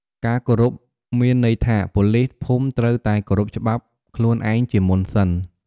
ការគោរពមានន័យថា ប៉ូលីសភូមិត្រូវតែ គោរពច្បាប់ ខ្លួនឯងជាមុនសិន។